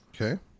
Okay